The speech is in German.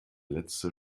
letzte